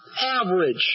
average